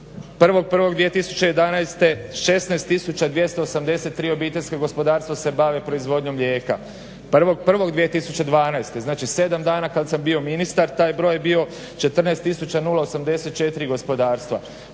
1.1.2011. 16 283 obiteljskih gospodarstva se bave proizvodnjom mlijeka. 1. 1. 2012. znači sedam dana kad sam bio ministar taj broj je bio 14 084 gospodarstva,